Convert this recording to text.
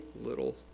little